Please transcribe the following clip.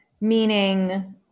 meaning